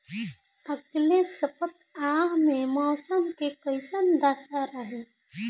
अलगे सपतआह में मौसम के कइसन दशा रही?